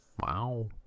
Wow